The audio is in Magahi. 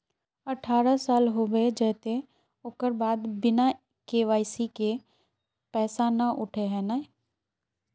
अठारह साल होबे जयते ओकर बाद बिना के.वाई.सी के पैसा न उठे है नय?